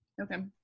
Okay